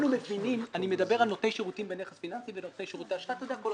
אני מבקש להסביר למה הורדתי מסדר היום את